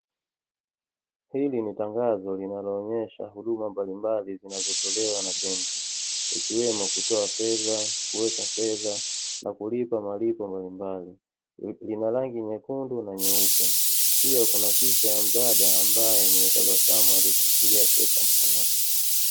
Hili ni tangazo linaloonyesha huduma mbalimbali zinazotolewa na benki ikiwemo; kutoa fedha, kuweka fedha na kulipa malipo mbalimbali. Ina rangi nyekundu na nyeupe, pia kuna picha ya mdada ambaye mwenye tabasamu aliyeshikilia pesa mkononi.